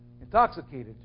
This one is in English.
intoxicated